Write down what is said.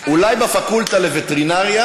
אולי בפקולטה לווטרינריה